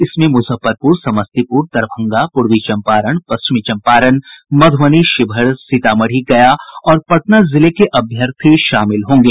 इसमें मुजफ्फरपुर समस्तीपुर दरभंगा पूर्वी चम्पारण पश्चिमी चम्पारण मध्रबनी शिवहर सीतामढ़ी गया और पटना जिले के अभ्यर्थी शामिल होंगे